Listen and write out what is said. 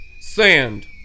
sand